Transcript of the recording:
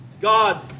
God